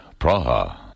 Praha